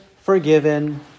forgiven